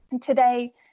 today